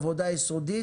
עבודה יסודית.